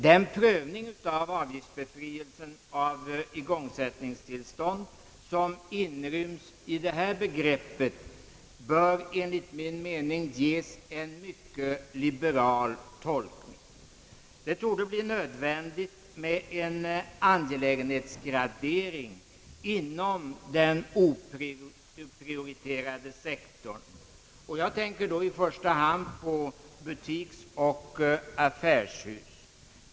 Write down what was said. Den prövning av avgiftsbefrielse för igångsättningstillstånd, som inryms i detta begrepp, bör enligt min mening tillämpas mycket liberalt. Det torde bli nödvändigt med en angelägenhetsgradering inom den oprioriterade sektorn. Jag tänker därvid i första hand på butiksoch affärshus.